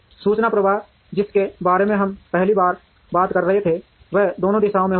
सूचना प्रवाह जिसके बारे में हम पहली बार बात कर रहे थे वह दोनों दिशाओं में होगा